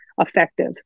effective